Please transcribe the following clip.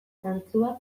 zantzuak